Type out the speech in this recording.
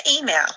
email